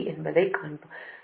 என்பதைக் கண்டுபிடிப்போம்